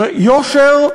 שיושר,